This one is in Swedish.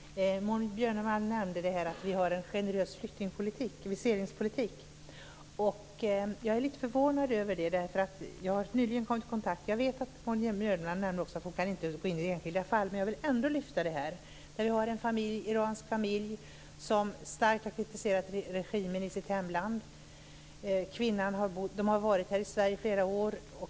Fru talman! Maud Björnemalm nämnde att vi har en generös viseringspolitik. Jag är lite förvånad över det. Maud Björnemalm nämnde att hon inte kan gå in på enskilda fall, men jag vill ändå nämna detta. Vi har en iransk familj som starkt har kritiserat regimen i sitt hemland. De har varit här i Sverige i flera år.